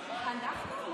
אנחנו?